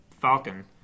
Falcon